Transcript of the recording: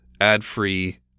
ad-free